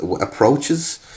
approaches